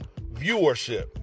viewership